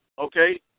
Okay